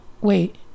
wait